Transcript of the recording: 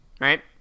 right